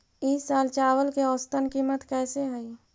ई साल चावल के औसतन कीमत कैसे हई?